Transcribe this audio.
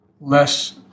less